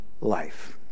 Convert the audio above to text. life